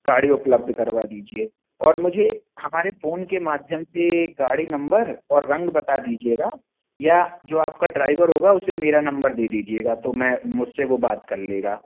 गाड़ी उपलब्ध करवा दीजिए और मुझे हमारे फ़ोन के माध्यम से गाड़ी नंबर और रंग बता दीजिएगा या जो आपका ड्राइवर होगा उसे मेरा नंबर दे दीजिएगा तो मैं मुझसे वो बात कर लेगा